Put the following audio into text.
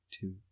two